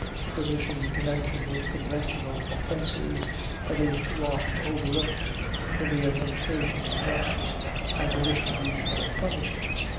a position in connection with conventional offences that is too often overlooked in the administration of justice and the distribution of punishment.